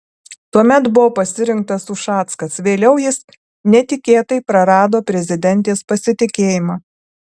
tuomet buvo pasirinktas ušackas vėliau jis netikėtai prarado prezidentės pasitikėjimą